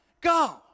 Go